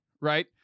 right